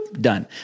done